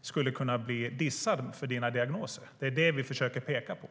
skulle kunna bli dissad för dina diagnoser. Det är det vi försöker peka på.